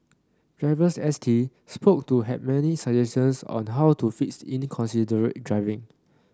drivers S T spoke to had many suggestions on how to fix inconsiderate driving